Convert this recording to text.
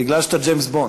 שאתה ג'יימס בונד,